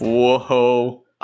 Whoa